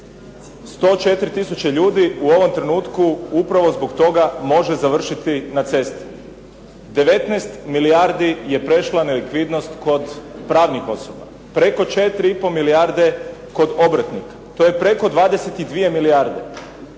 104 tisuće ljudi u ovom trenutku upravo zbog toga može završiti na cesti. 19 milijardi je prešla nelikvidnost kod pravnih osoba, preko 4,5 milijarde kod obrtnika. To je preko 22 milijarde.